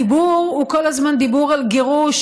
הדיבור הוא כל הזמן דיבור על גירוש,